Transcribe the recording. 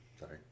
Sorry